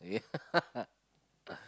yeah